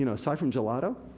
you know aside from gelato,